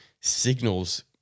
signals